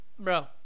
Bro